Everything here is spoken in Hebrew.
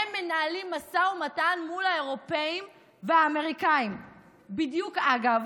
הם מנהלים משא ומתן מול האירופים והאמריקנים, אגב,